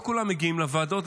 לא כולם מגיעים לוועדות,